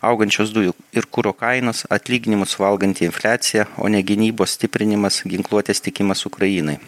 augančios dujų ir kuro kainos atlyginimus valganti infliacija o ne gynybos stiprinimas ginkluotės tiekimas ukrainai